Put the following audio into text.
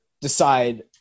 decide